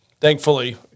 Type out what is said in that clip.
thankfully